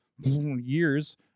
years